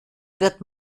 wird